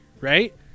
right